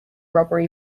robbery